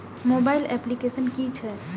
Mobile application कि छै?